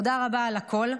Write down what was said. תודה רבה על הכול.